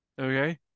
Okay